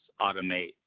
automate